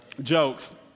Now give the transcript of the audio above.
jokes